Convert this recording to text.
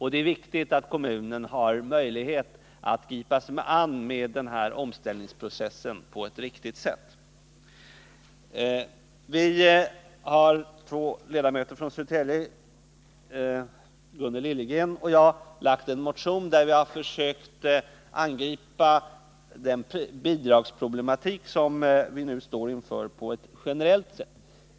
Det är viktigt att kommunen har möjlighet att gripa sig an omställningsprocessen på ett riktigt sätt. Gunnel Liljegren och jag, som båda är från Södertälje, har väckt en motion i vilken vi på ett generellt sätt har försökt angripa bidragsproblematiken.